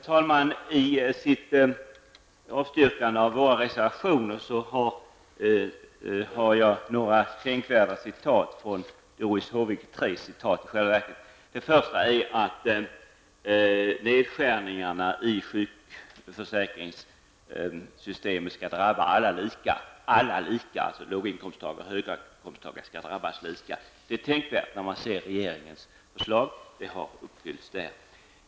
Herr talman! Jag vill göra tre tänkvärda citat från Doris Håviks avstyrkande av våra reservationer. Det första är att nedskärningarna i sjukförsäkringssystemet skall drabba alla lika, alltså låginkomstagare och högkomstintagare skall drabbas lika. Det är tänkvärt när man ser regeringens förslag. Det har uppfyllts där.